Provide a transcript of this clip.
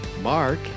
Mark